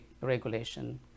regulation